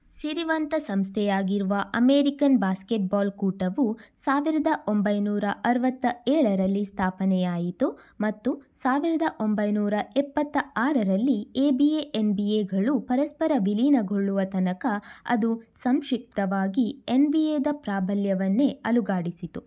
ಸಿರಿವಂತ ಸಂಸ್ಥೆಯಾಗಿರುವ American basketball ಕೂಟವು ಸಾವಿರದ ಒಂಬೈನೂರ ಅರವತ್ತ ಏಳರಲ್ಲಿ ಸ್ಥಾಪನೆಯಾಯಿತು ಮತ್ತು ಸಾವಿರದ ಒಂಬೈನೂರ ಎಪ್ಪತ್ತ ಆರರಲ್ಲಿ A B A N B A ಗಳು ಪರಸ್ಪರ ವಿಲೀನಗೊಳ್ಳುವ ತನಕ ಅದು ಸಂಕ್ಷಿಪ್ತವಾಗಿ ಎನ್ ಬಿ ಎ ದ ಪ್ರಾಬಲ್ಯವನ್ನೇ ಅಲುಗಾಡಿಸಿತು